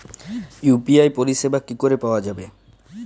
UPI পরিষেবা কি করে পাওয়া যাবে?